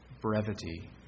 brevity